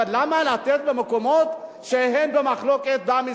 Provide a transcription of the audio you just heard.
אבל למה לתת למקומות שהם במחלוקת בעם ישראל?